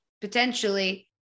potentially